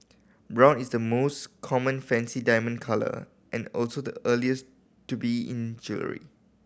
brown is the most common fancy diamond colour and also the earliest to be in jewellery